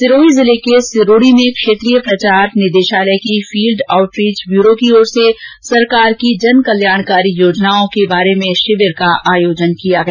सिरोही जिले के सिरोड़ी में क्षेत्रीय प्रचार निदेशालय की फील्ड आउटरीच ब्यूरो की ओर से सरकार की जनकल्याणकारी योजनाओं पर शिविर का आयोजन किया गया